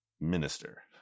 minister